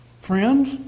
friends